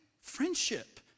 friendship